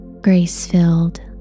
grace-filled